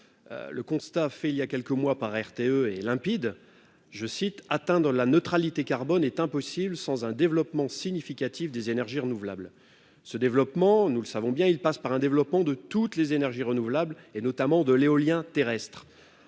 le constat fait il y a quelques mois par RTE est limpide, je cite, atteint dans la neutralité carbone est impossible sans un développement significatif des énergies renouvelables, ce développement, nous le savons bien il passe par un développement de toutes les énergies renouvelables et notamment de l'éolien terrestre